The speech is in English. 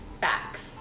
Facts